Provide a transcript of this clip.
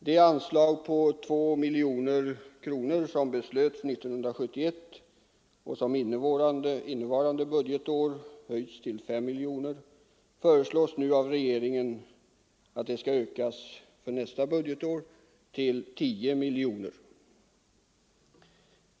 Det anslag på 2 miljoner kronor som beslöts 1971 och som innevarande budgetår höjts till 5 miljoner kronor föreslås nu av regeringen ökas till 10 miljoner kronor för nästa budgetår.